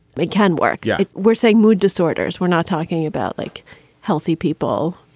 it can work. yeah we're saying mood disorders. we're not talking about like healthy people,